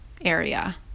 area